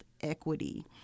equity